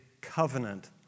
Covenant